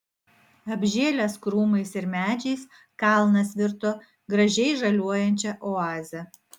apžėlęs krūmais ir medžiais kalnas virto gražiai žaliuojančia oaze